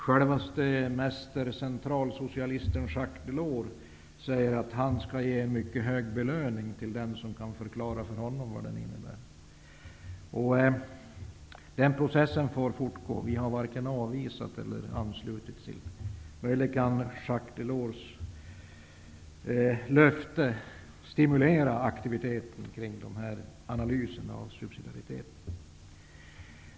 Själve mäster centralsocialisten Jacques Delors säger att han skall ge en mycket hög belöning till den som kan förklara för honom vad principen innebär. Processen fortgår, och vi har varken ställt oss avvisande eller anslutit oss. Möjligen kan Jacques Delors löfte stimulera aktiviteten kring analyserna av subsidiariteten.